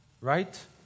Right